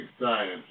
science